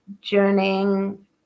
journeying